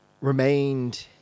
remained